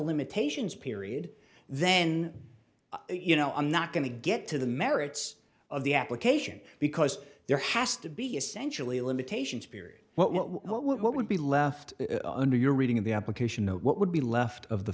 limitations period then you know i'm not going to get to the merits of the application because there has to be essentially limitations period what would be left under your reading of the application what would be left of